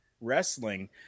wrestling